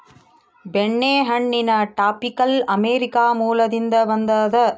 ಬೆಣ್ಣೆಹಣ್ಣಿನ tropical America ಮೂಲದಿಂದ ಬಂದದ